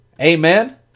Amen